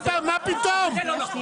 מה פתאום?! לא.